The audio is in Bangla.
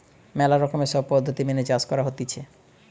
ম্যালা রকমের সব পদ্ধতি মেনে চাষ করা হতিছে